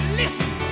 listen